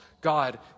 God